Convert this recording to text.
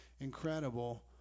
incredible